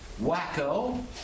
Wacko